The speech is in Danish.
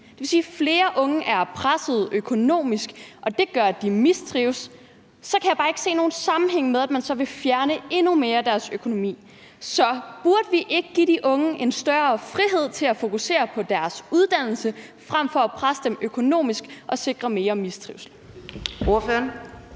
Det vil sige, at flere unge er presset økonomisk, og det gør, at de mistrives. Så kan jeg bare ikke se nogen sammenhæng med, at man så vil fjerne endnu mere af deres økonomi. Så burde vi ikke give de unge en større frihed til at fokusere på deres uddannelse frem for at presse dem økonomisk og sikre mere mistrivsel?